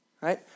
right